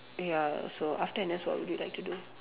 ya so after N_S what would you like to do